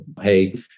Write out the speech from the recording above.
hey